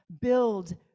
build